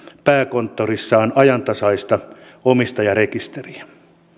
pääkonttorissaan ajantasaista omistajarekisteriä